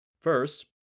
First